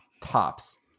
tops